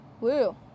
Woo